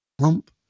Trump